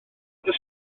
stryd